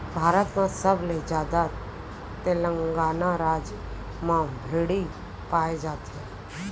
भारत म सबले जादा तेलंगाना राज म भेड़ी पाए जाथे